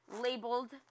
labeled